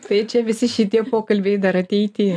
tai čia visi šitie pokalbiai dar ateity